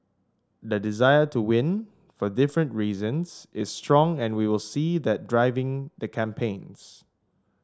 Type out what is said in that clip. the desire to win for different reasons is strong and we will see that driving the campaigns